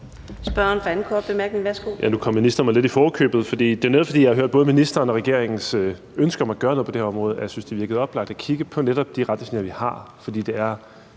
spørgeren for sin anden korte bemærkning. Værsgo.